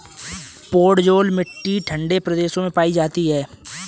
podzol मिट्टी ठंडे प्रदेशों में पाई जाती है